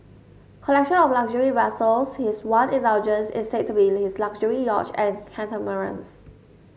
collection of luxury vessels his one indulgence is said to be his luxury yachts and catamarans